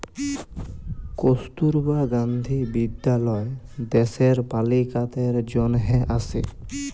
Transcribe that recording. কস্তুরবা গান্ধী বিদ্যালয় দ্যাশের বালিকাদের জনহে আসে